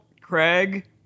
Craig